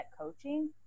coaching